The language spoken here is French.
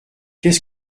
qu’est